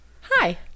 Hi